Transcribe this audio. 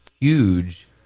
huge